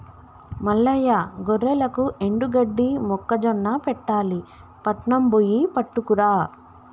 మల్లయ్య గొర్రెలకు ఎండుగడ్డి మొక్కజొన్న పెట్టాలి పట్నం బొయ్యి పట్టుకురా